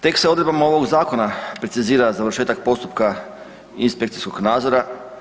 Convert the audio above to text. Tek sa odredbama ovog zakona precizira završetak postupka inspekcijskog nadzora.